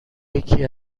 یکی